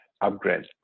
upgrade